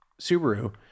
Subaru